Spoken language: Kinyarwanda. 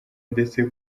ndetse